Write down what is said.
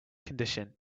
condition